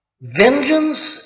vengeance